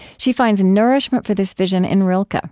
she finds nourishment for this vision in rilke. ah